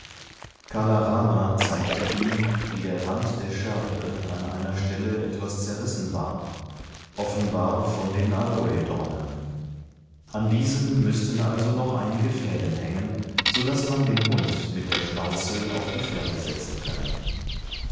kala rama zeigte ihm wie der rand der schärpe an einer stelle etwas zerrissen war offenbar von den aloedornen an diesen müßten also noch einige fäden hängen so daß man den hund mit der schnauze auf die fährte setzen könne